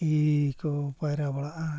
ᱦᱤᱦᱤ ᱠᱚ ᱯᱟᱭᱨᱟ ᱵᱟᱲᱟᱜᱼᱟ